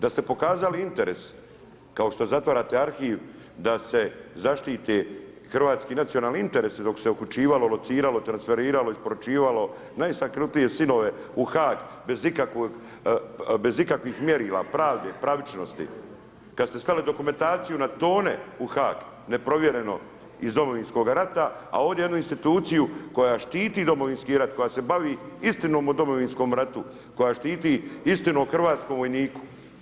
Da ste pokazali interes kao što zatvarate arhiv da se zaštite hrvatski nacionalni interesi dok se uhićivalo, lociralo, transferiralo, isporučivalo najistaknutije sinove u Haag bez ikakvih mjerila, pravde, pravičnosti, kada ste slali na tone u Haag neprovjereno iz Domovinskoga rata, a ovdje jednu instituciju koja štiti Domovinski rat koja se bavi istinom o Domovinskom ratu, koja štiti istinu o hrvatskom vojniku.